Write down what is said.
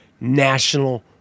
National